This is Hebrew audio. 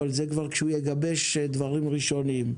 אבל זה כשהוא כבר יגבש דברים ראשוניים.